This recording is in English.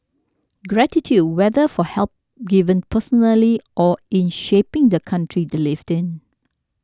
gratitude whether for help given personally or in shaping the country they lived in